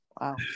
Wow